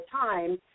time